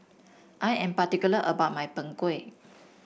I am particular about my Png Kueh